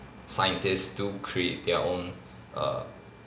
scientists do create their own err